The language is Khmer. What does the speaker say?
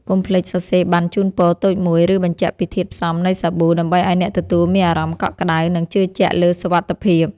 កុំភ្លេចសរសេរប័ណ្ណជូនពរតូចមួយ ឬបញ្ជាក់ពីធាតុផ្សំនៃសាប៊ូ ដើម្បីឱ្យអ្នកទទួលមានអារម្មណ៍កក់ក្ដៅ និងជឿជាក់លើសុវត្ថិភាព។